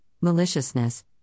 maliciousness